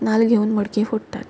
नाल्ल घेवन मडकी फोडटात